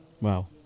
wow